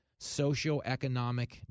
socioeconomic